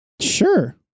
Sure